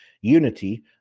Unity